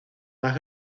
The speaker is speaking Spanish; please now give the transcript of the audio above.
más